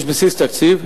יש בסיס תקציב,